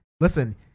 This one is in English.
listen